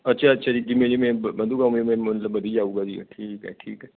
ਅੱਛਾ ਅੱਛਾ ਜੀ ਜਿਵੇਂ ਜਿਵੇਂ ਵ ਵਧੂਗਾ ਓਵੇਂ ਓਵੇਂ ਮੁੱਲ ਵਧੀ ਜਾਊਗਾ ਜੀ ਠੀਕ ਹੈ ਠੀਕ ਹੈ